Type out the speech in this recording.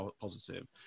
positive